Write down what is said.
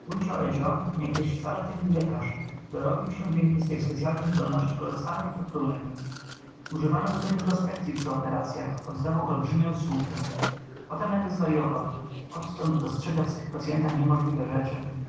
edzio niegdyś wcale tęgi lekarz dorobił się dzięki swej specyalnej zdolności kolosalnej fortuny używano go do introspekcyi przy operacyach oddawał olbrzymie usługi potem nagle zwaryował odtąd dostrzega w swych pacyentach niemożliwe rzeczy